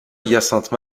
hyacinthe